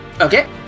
Okay